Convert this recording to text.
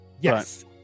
Yes